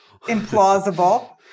implausible